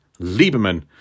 Lieberman